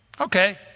Okay